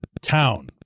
town